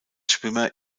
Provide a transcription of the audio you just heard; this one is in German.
schwimmer